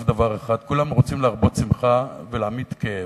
דבר אחד: כולם רוצים להרבות שמחה ולהמעיט כאב,